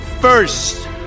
first